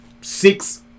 Six